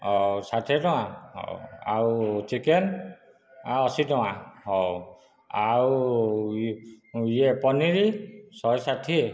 ହଉ ଷାଠିଏ ଟଙ୍କା ହେଉ ଆଉ ଚିକେନ ଅଶି ଟଙ୍କା ହଉ ଆଉ ୟେ ୟେ ପନିର ଶହେ ଷାଠିଏ